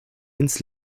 ins